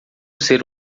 ser